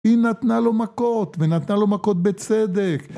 היא נתנה לו מכות, ונתנה לו מכות בצדק.